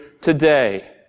today